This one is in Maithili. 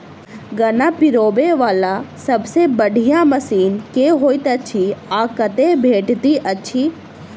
गन्ना पिरोबै वला सबसँ बढ़िया मशीन केँ होइत अछि आ कतह भेटति अछि?